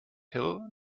hill